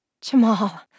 Jamal